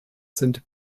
sind